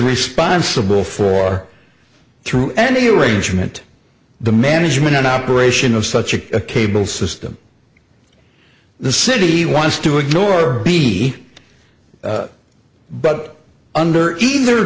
responsible for through any arrangement the management and operation of such a cable system the city wants to ignore or be but under either